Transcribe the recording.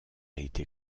été